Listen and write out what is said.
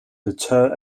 deter